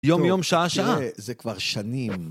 יום-יום, שעה-שעה. זה כבר שנים.